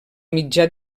mitjà